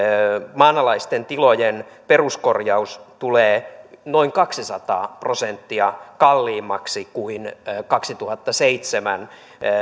maanalaisten tilojen peruskorjaus tulee noin kaksisataa prosenttia kalliimmaksi kuin vuonna kaksituhattaseitsemän